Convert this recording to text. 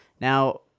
Now